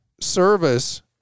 service